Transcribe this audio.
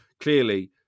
clearly